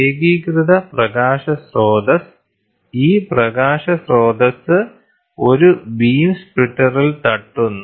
ഏകീകൃത പ്രകാശ സ്രോതസ്സ് ഈ പ്രകാശ സ്രോതസ്സ് ഒരു ബീം സ്പ്ലിറ്ററിൽ തട്ടുന്നു